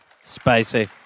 Spicy